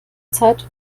zeit